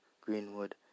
Greenwood